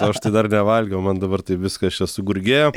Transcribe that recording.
o aš tai dar nevalgiau man dabar tai viskas čia sugurgėjo